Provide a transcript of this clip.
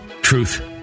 Truth